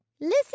Listen